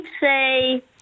say